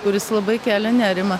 kuris labai kelia nerimą